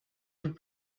vous